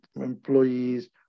employees